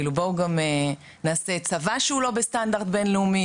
כאילו בואו גם נעשה צבא שהוא לא בסטנדרט בינלאומי,